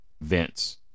Vince